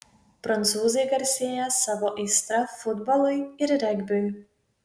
prancūzai garsėja savo aistra futbolui ir regbiui